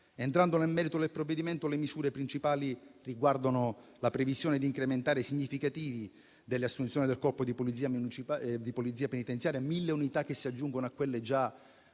Entrando nel merito del provvedimento, le misure principali riguardano la previsione di incrementare in maniera significativa le assunzioni del Corpo di polizia penitenziaria, mille unità che si aggiungono a quelle già